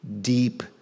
deep